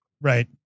Right